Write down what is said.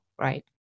right